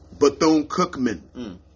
Bethune-Cookman